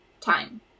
time